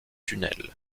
tunnel